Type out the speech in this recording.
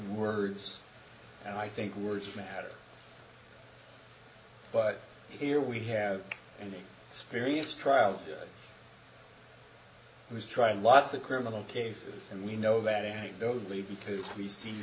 words and i think words matter but here we have any experience trial who's trying lots of criminal cases and we know that anecdotally because we see t